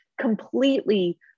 completely